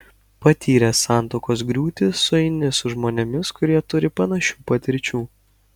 patyręs santuokos griūtį sueini su žmonėmis kurie turi panašių patirčių